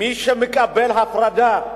מי שמקבל הפרדה,